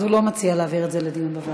אז הוא לא מציע להעביר את זה לדיון בוועדה.